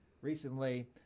recently